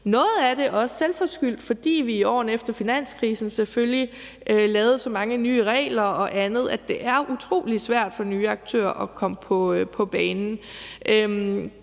Noget af det er også selvforskyldt, fordi vi i årene efter finanskrisen selvfølgelig lavede så mange nye regler og andet, at det er utrolig svært for nye aktører at komme på banen.